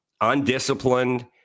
undisciplined